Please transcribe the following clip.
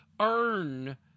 earn